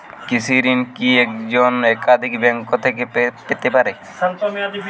কৃষিঋণ কি একজন একাধিক ব্যাঙ্ক থেকে পেতে পারে?